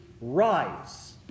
Rise